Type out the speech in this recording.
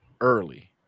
early